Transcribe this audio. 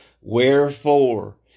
Wherefore